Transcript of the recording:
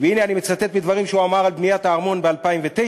והנה אני מצטט מדברים שהוא אמר על בניית הארמון ב-2009